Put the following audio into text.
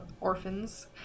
orphans